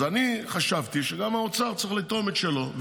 אז אני חשבתי שגם האוצר צריך לתרום את שלו.